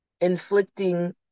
inflicting